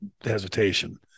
hesitation